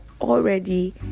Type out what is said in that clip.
already